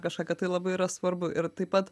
kažką kad tai labai yra svarbu ir taip pat